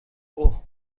اوه